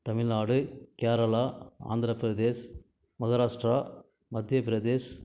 Tamil Nadu Kerala Andhra Pradesh Maharashtra Madhya Pradesh